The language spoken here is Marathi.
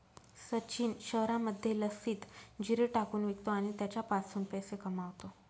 सचिन शहरामध्ये लस्सीत जिरे टाकून विकतो आणि त्याच्यापासून पैसे कमावतो